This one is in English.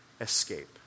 escape